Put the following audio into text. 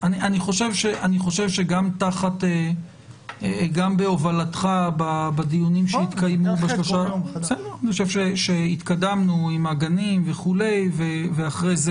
אני חושב שגם בהובלתך בדיונים שהתקיימו התקדמנו עם הגנים ואחרי זה